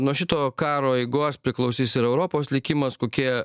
nuo šito karo eigos priklausys ir europos likimas kokie